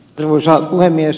arvoisa puhemies